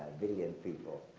billion people,